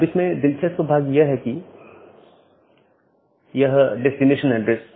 अब इसमें दिलचस्प भाग है यह डेस्टिनेशन एड्रेस